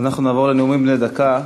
אנחנו נעבור לנאומים בני דקה.